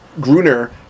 Gruner